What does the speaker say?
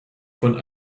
von